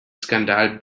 skandal